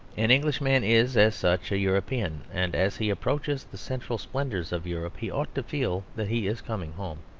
an englishman is, as such, a european, and as he approaches the central splendours of europe he ought to feel that he is coming home.